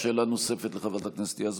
שאלה נוספת לחברת הכנסת יזבק.